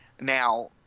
Now